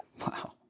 Wow